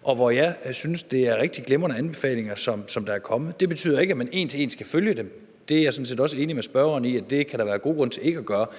– og jeg synes, det er nogle rigtig glimrende anbefalinger, der er kommet. Det betyder ikke, at man en til en skal følge dem – det er jeg sådan set også enig med spørgeren i at der kan være gode grunde til ikke at gøre –